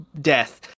death